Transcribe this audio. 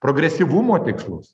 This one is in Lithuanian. progresyvumo tikslus